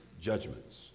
judgments